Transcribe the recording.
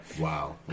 Wow